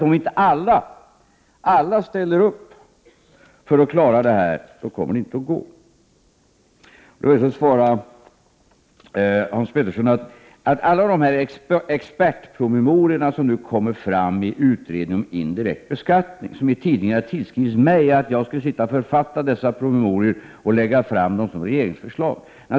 Om inte alla ställer upp för att klara det här, så kommer det inte att gå. Jag vill svara Hans Petersson genom att säga att det naturligtvis saknas underlag när tidningar tillskriver mig alla de expertpromemorior som läggs fram i utredningen om indirekt beskattning och hävdar att jag skulle författa dessa promemorior samt föra fram dem som regeringsförslag.